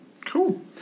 Cool